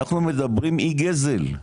אנחנו מדברים, היא גזל,